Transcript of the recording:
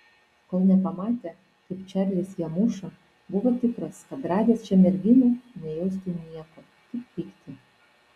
kol nepamatė kaip čarlis ją muša buvo tikras kad radęs šią merginą nejaustų nieko tik pyktį